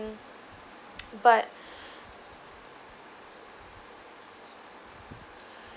but